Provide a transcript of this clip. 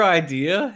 idea